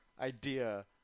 idea